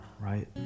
right